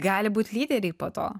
gali būt lyderiai po to